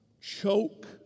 choke